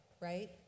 right